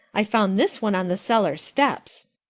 i found this one on the cellar steps.